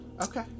Okay